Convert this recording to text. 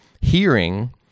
hearing